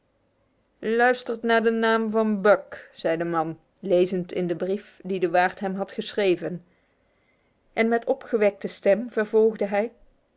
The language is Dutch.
luistert naar de naam van buck zei de man lezend in de brief die de waard hem had geschreven en met opgewekte stem vervolgde hij